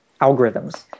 algorithms